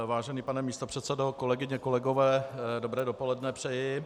Vážený pane místopředsedo, kolegyně, kolegové, dobré dopoledne přeji.